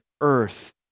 earth